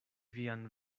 vian